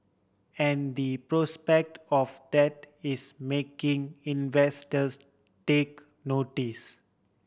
and the prospect of that is making investors take notice